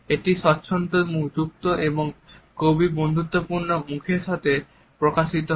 এটি স্বচ্ছন্দ যুক্ত এবং কবি বন্ধুত্বপূর্ণ মুখের ব্যক্তির সাথে প্রকাশিত হয়